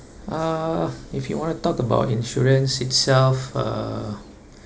uh if you want to talk about insurance itself uh